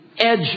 edge